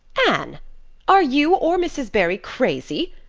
anne are you or mrs. barry crazy?